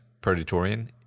Predatorian